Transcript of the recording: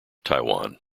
taiwan